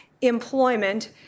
employment